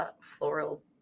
floral